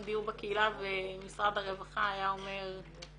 דיור בקהילה ומשרד הרווחה היה אומר בסדר,